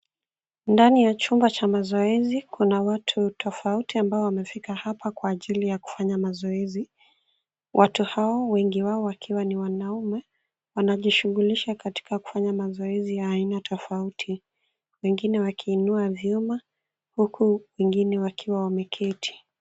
Ndani ya chumba cha mazoezi kuna watu tofauti ambao wamefika hapa kwa ajili ya kufanya mazoezi. Watu hao, wengi wao wakiwa ni wanaume, wanajishughulisha katika kufanya mazoezi ya aina tofauti, wengine wakiinua vyuma huku wengine wakiwa wameketi.